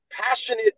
passionate